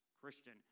Christian